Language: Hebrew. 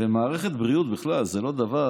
מערכת בריאות, בכלל, זה לא דבר